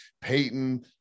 Peyton